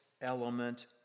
element